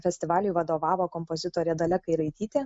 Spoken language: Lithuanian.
festivaliui vadovavo kompozitorė dalia kairaitytė